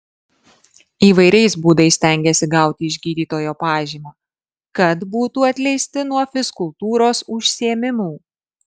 įvairiais būdais stengiasi gauti iš gydytojo pažymą kad būtų atleisti nuo fizkultūros užsiėmimų